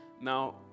Now